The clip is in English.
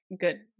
good